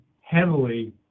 heavily